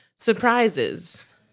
surprises